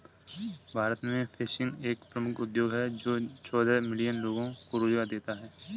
भारत में फिशिंग एक प्रमुख उद्योग है जो चौदह मिलियन लोगों को रोजगार देता है